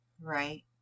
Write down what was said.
right